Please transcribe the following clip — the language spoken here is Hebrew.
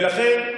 ולכן,